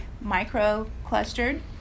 micro-clustered